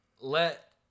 let